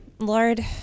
Lord